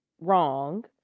wrong